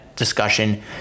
discussion